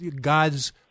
God's